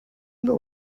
know